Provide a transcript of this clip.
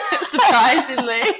surprisingly